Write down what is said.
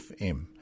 FM